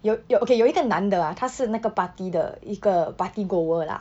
有有 okay 有一个男的啊他是那个 party 的一个 party goer lah